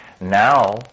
Now